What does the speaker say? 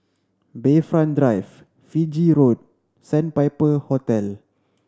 Bayfront Drive Fiji Road Sandpiper Hotel